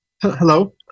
Hello